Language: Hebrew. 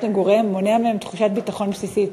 מגוריהם מונע מהם תחושת ביטחון בסיסית.